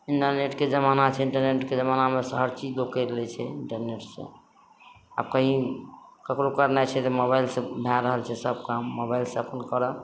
इन्टरनेटके जमाना छै इन्टरनेटके जमानामे हर चीज लोग करि लै छै इन्टरनेट से आब कहीँ ककरो करनाइ छै जे मोबाइलसँ भए रहल छै सब काम मोबाइल से अपन करऽ